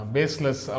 Baseless